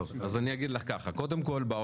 קודם כול,